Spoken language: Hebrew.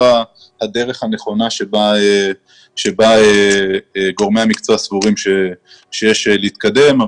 הדרך הנכונה בה גורמי המקצוע סבורים שיש להתקדם.